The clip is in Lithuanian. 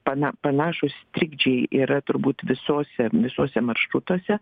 pana panašūs trikdžiai yra turbūt visose visuose maršrutuose